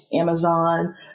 Amazon